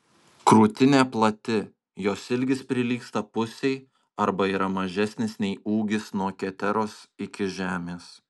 krūtinė plati jos ilgis prilygsta pusei arba yra mažesnis nei ūgis nuo keteros iki žemės